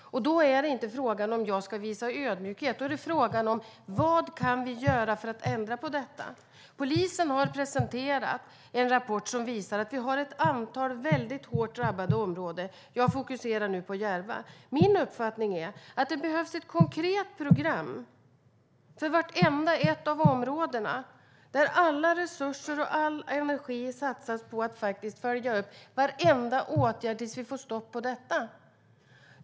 Då är det inte fråga om att jag ska visa ödmjukhet. Då är det fråga om vad vi kan göra för att ändra på detta. Polisen har presenterat en rapport som visar att det finns ett antal hårt drabbade områden. Jag fokuserar nu på Järva. Min uppfattning är att det behövs ett konkret program för vartenda ett av områdena där alla resurser och all energi satsas på att faktiskt följa upp varenda åtgärd tills vi får stopp på problemen.